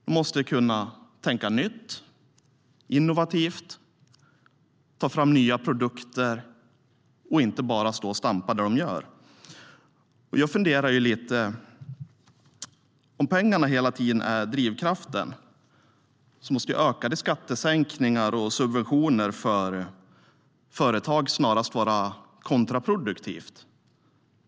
De måste kunna tänka nytt och innovativt och ta fram nya produkter och inte bara stå och stampa där de är. Om pengarna är drivkraften måste fler skattesänkningar och subventioner för företag snarast vara kontraproduktivt.